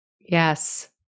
Yes